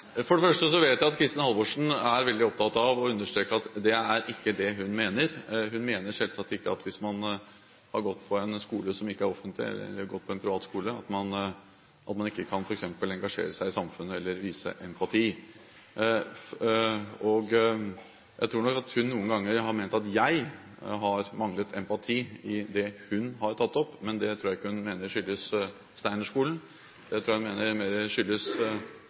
For det første vet jeg at Kristin Halvorsen er veldig opptatt av å understreke at det ikke er det hun mener. Hun mener selvsagt ikke at hvis man har gått på en skole som ikke er offentlig, eller gått på en privat skole, kan man ikke f.eks. engasjere seg i samfunnet eller vise empati. Jeg tror nok at hun noen ganger har ment at jeg har manglet empati for det hun har tatt opp, men det tror jeg ikke hun mener skyldes Steinerskolen, det tror jeg hun mener mer skyldes